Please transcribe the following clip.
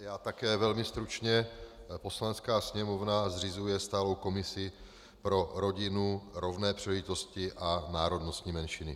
Já také velmi stručně: Poslanecká sněmovna zřizuje stálou komisi pro rodinu, rovné příležitosti a národnostní menšiny.